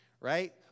right